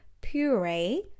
puree